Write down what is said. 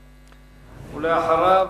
ולאחריו,